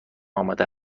آمده